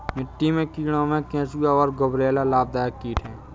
मिट्टी के कीड़ों में केंचुआ और गुबरैला लाभदायक कीट हैं